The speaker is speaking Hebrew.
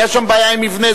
היתה שם בעיה עם מבנה,